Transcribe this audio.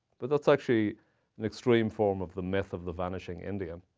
but that's actually an extreme form of the myth of the vanishing indian.